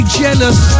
jealous